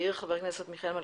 חבר הכנסת מיכאל מלכיאלי.